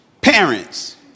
Parents